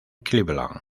cleveland